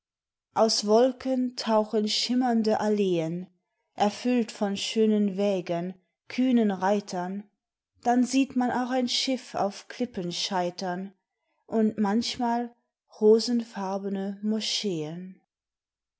aus wolken tauchen schimmernde alleen erfüllt von schönen wägen kühnen reitern dann sieht man auch ein schiff auf klippen scheitern und manchmal rosenfarbene moscheen